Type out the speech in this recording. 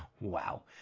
Wow